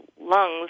lungs